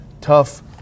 tough